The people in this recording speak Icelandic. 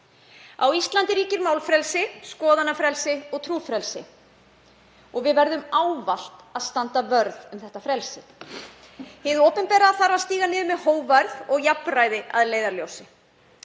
Á Íslandi ríkir málfrelsi, skoðanafrelsi og trúfrelsi og við verðum ávallt að standa vörð um þetta frelsi. Hið opinbera þarf að stíga niður með hógværð og jafnræði að leiðarljósi.